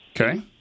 Okay